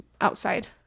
outside